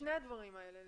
לשני הדברים האלה.